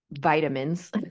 vitamins